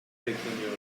bekleniyor